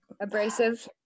abrasive